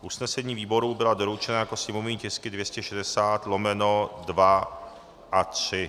Usnesení výboru byla doručena jako sněmovní tisky 260/2 a 3.